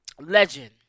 legend